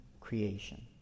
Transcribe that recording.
creation